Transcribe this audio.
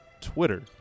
Twitter